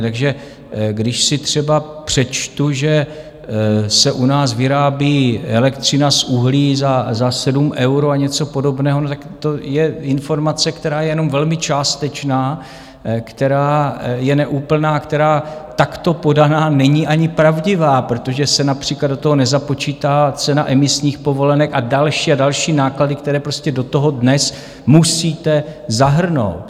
Takže když si třeba přečtu, že se u nás vyrábí elektřina z uhlí za 7 eur a něco podobného, tak to je informace, která je jenom velmi částečná, která je neúplná a která takto podaná není ani pravdivá, protože se například do toho nezapočítává cena emisních povolenek a další a další náklady, které prostě do toho dnes musíte zahrnout.